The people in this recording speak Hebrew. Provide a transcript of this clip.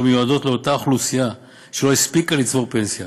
מיועדות לאותה אוכלוסייה שלא הספיקה לצבור לפנסיה